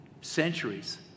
centuries